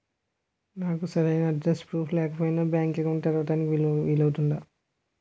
నాకు సరైన address proof లేకపోయినా బ్యాంక్ అకౌంట్ తెరవడానికి వీలవుతుందా?